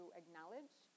acknowledge